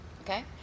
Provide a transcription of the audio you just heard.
okay